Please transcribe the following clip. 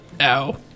ow